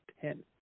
ten